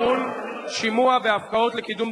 ששינסקי.